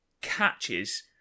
catches